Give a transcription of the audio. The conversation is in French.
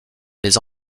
les